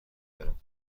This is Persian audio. دارم